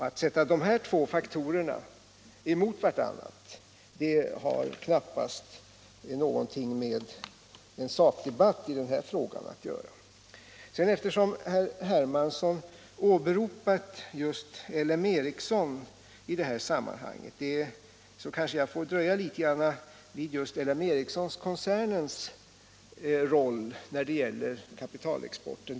Att sätta de här två faktorerna emot varandra har knappast någonting med en sakdebatt i denna fråga att göra. Eftersom herr Hermansson åberopat just LM Ericsson i detta sammanhang kanske jag får dröja litet vid just LM Ericsson koncernens roll när det gäller kapitalexporten.